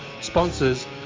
Sponsors